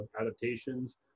adaptations